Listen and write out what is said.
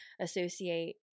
associate